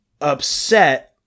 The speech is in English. upset